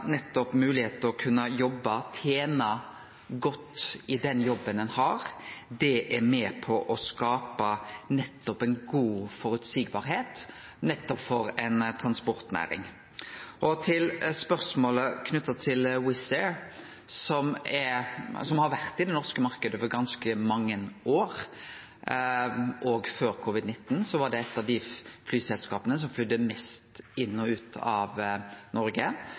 å tene godt i den jobben ein har. Det er med på å skape føreseielege vilkår nettopp for transportnæringa. Så til spørsmålet knytt til Wizz Air, som har vore i den norske marknaden i ganske mange år. Òg før covid-19 var det eit av dei flyselskapa som flaug mest inn og ut av Noreg,